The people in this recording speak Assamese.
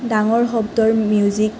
ডাঙৰ শব্দৰ মিউজিক